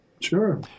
Sure